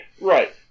Right